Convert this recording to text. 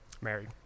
married